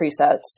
presets